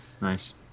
Nice